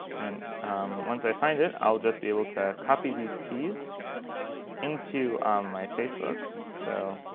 and once i find it, i'll just be able to copy these keys into my facebook. so